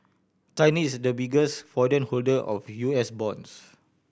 China is the biggest foreign holder of U S bonds